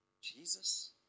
Jesus